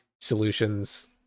Solutions